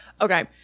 Okay